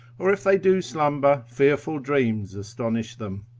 or if they do slumber, fearful dreams astonish them.